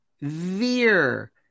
veer